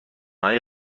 های